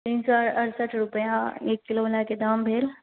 तीन सए अरसठ रुपैआ एक किलोवलाके दाम भेल